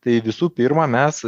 tai visų pirma mes